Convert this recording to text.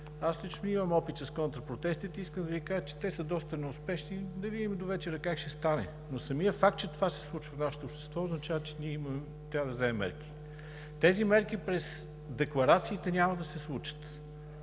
Аз лично имам опит с контрапротестите. Искам да Ви кажа, че те са доста неуспешни. Да видим довечера как ще стане. Самият факт обаче, че това се случва в нашето общество, означава, че ние трябва да вземем мерки. Тези мерки през декларациите няма да се случат.